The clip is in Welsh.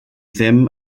ddim